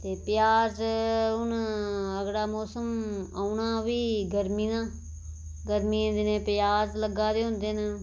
ते प्याज हुन अगला मौसम औना बी गर्मी दा गर्मियें दिनै प्याज लग्गा दे होंदे न